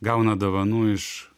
gauna dovanų iš